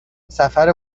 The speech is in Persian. سفر